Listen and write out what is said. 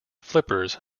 flippers